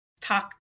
talk